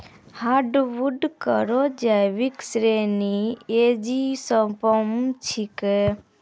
hardwood केरो जैविक श्रेणी एंजियोस्पर्म छिकै